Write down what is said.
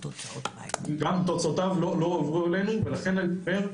וגם תוצאותיו לא הועברו אלינו ולכן אני אומר,